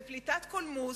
בפליטת קולמוס,